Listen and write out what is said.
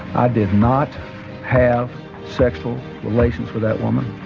i did not have sexual relations with that woman.